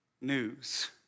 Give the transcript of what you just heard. news